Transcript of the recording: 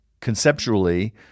conceptually